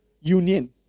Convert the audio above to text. union